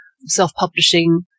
self-publishing